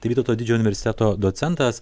tai vytauto didžiojo universiteto docentas